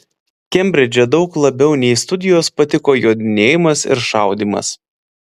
kembridže daug labiau nei studijos patiko jodinėjimas ir šaudymas